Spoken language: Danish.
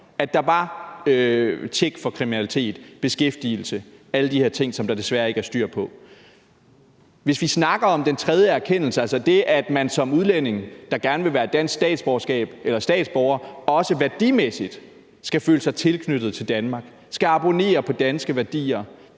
at der var tjek for kriminalitet, beskæftigelse og alle de her ting, som der desværre ikke er styr på, og lad os så i stedet snakke om den tredje erkendelse, altså det, at man som udlænding, der gerne vil være dansk statsborger, også værdimæssigt skal føle sig tilknyttet til Danmark, skal abonnere på danske værdier,